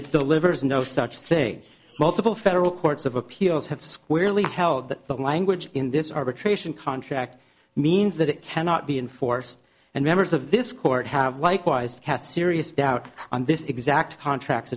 it delivers no such thing multiple federal courts of appeals have squarely held that the language in this arbitration contract means that it cannot be enforced and members of this court have likewise has serious doubt on this exact contracts